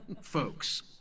folks